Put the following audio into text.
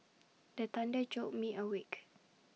the thunder jolt me awake